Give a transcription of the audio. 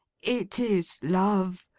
it is love.